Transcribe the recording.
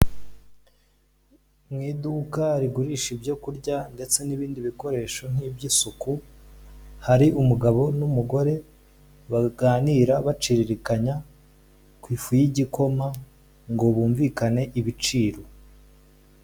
Mu iduka rigurisha ibyo kurya ndetse n'ibindi bikoresho nk'iby'isuku, hari umugabo n'umugore baganira baciririkanya ku ifu y'igikoma, ngo bumvikane ibiciro.